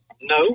No